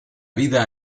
vida